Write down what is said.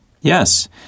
Yes